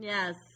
Yes